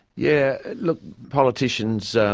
yeah look, politicians,